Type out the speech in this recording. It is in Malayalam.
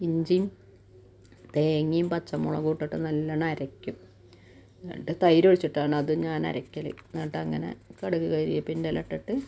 ഇഞ്ചിം തേങ്ങേമ് പച്ചമുളകൂട്ടിട്ട് നല്ലവണ്ണം അരക്കും എന്നിട്ട് തൈരൊഴിച്ചിട്ടാണത് ഞാനരക്കൽ എന്നിട്ടങ്ങനെ കടുക് കരിയേപ്പിൻറ്റെലട്ടിട്ട്